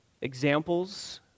examples